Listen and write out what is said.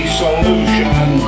solution